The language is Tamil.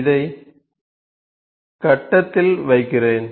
இதை கட்டத்தில் வைக்கிறேன்